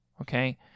okay